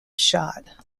shot